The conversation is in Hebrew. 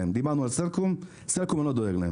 דיברנו על סלקום, לסלקום אני לא דואג.